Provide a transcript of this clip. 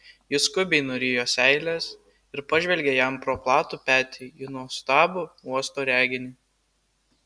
ji skubiai nurijo seiles ir pažvelgė jam pro platų petį į nuostabų uosto reginį